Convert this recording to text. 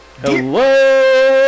Hello